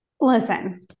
Listen